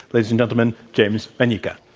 ladies and gentlemen, james manyika.